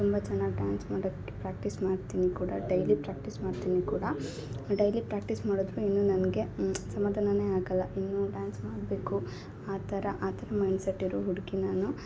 ತುಂಬಾ ಚೆನ್ನಾಗಿ ಡ್ಯಾನ್ಸ್ ಮಾಡೋಕೆ ಪ್ರ್ಯಾಕ್ಟಿಸ್ ಮಾಡ್ತೀನಿ ಕೂಡ ಡೈಲಿ ಪ್ರಾಕ್ಟೀಸ್ ಮಾಡ್ತೀನಿ ಕೂಡ ಡೈಲಿ ಪ್ರಾಕ್ಟೀಸ್ ಮಾಡೋದ್ರು ಏನೋ ನನಗೆ ಸಮಾಧಾನವೇ ಆಗಲ್ಲ ಇನ್ನೂ ಡ್ಯಾನ್ಸ್ ಮಾಡಬೇಕು ಆ ಥರ ಆ ಥರ ಮೈಂಡ್ಸೆಟ್ ಇರುವ ಹುಡುಗಿ ನಾನು